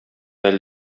әле